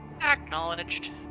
Acknowledged